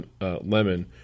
lemon